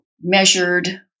measured